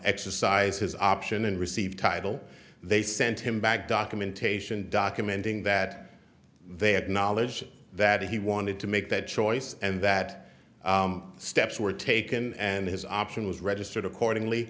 exercise his option and receive title they sent him back documentation documenting that they had knowledge that he wanted to make that choice and that steps were taken and his option was registered accordingly